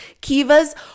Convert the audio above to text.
kivas